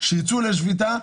שייצאו לשביתה,